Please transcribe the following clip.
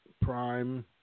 Prime